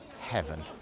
heaven